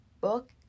book